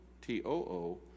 t-o-o